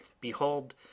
behold